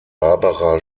barbara